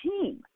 team